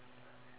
what